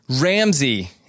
ramsey